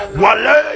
wale